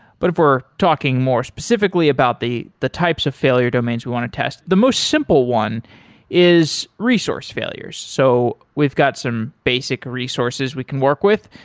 but if were talking more specifically about the the types of failure domains we want to test, the most simple one is resource failures. so we've got some basic resources we can work with,